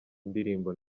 ndirimbo